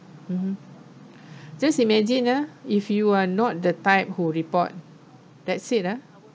mmhmm just imagine lah if you are not the type who report that's it lah